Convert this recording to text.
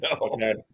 Okay